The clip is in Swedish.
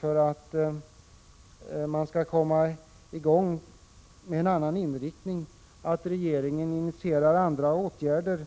För att man skall komma i gång med denna inriktning, krävs det tydligen att regeringen initierar andra åtgärder,